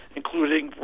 including